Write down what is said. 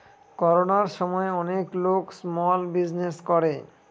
করোনার সময় অনেক লোক স্মল বিজনেস করে